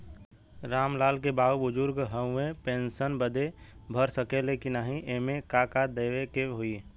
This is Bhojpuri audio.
राम लाल के बाऊ बुजुर्ग ह ऊ पेंशन बदे भर सके ले की नाही एमे का का देवे के होई?